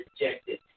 rejected